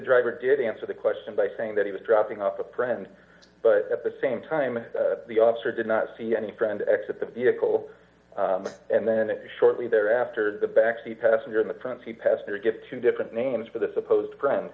driver did answer the question by saying that he was dropping off the president but at the same time the officer did not see any friend exit the vehicle and then shortly thereafter the back seat passenger in the front seat passed there get two different names for the supposed friend